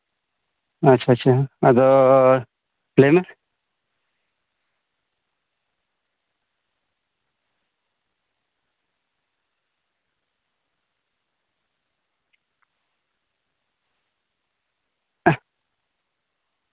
ᱟᱪᱪᱷᱟ ᱟᱪᱪᱷᱟ ᱟᱫᱚ ᱞᱟᱹᱭ ᱢᱮ